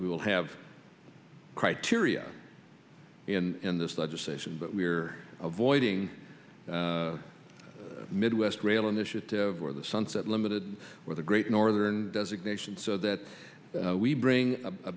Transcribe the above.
we will have criteria in this legislation but we're avoiding the midwest rail initiative where the sunset limited or the great northern designation so that we bring a